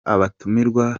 abatumirwa